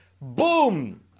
boom